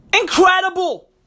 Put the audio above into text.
Incredible